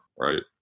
right